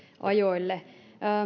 ajoille